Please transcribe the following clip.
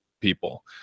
people